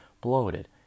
bloated